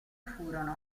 furono